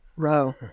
Row